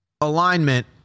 alignment